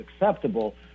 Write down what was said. acceptable